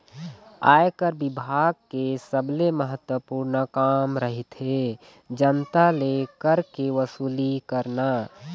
आयकर बिभाग के सबले महत्वपूर्न काम रहिथे जनता ले कर के वसूली करना